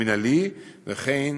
הסגל המינהלי וכן